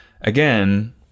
again